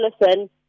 listen